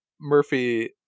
murphy